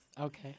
Okay